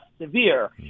severe